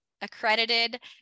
accredited